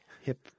hip